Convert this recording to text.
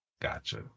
Gotcha